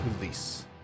release